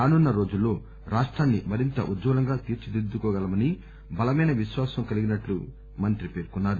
రానున్న రోజుల్లో రాష్టాన్ని మరింత ఉజ్వలంగా తీర్చిదిద్దుకోగలమని బలమైన విశ్వాసం కలిగినట్లు మంత్రి పేర్కొన్నారు